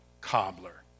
cobbler